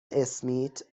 اسمیت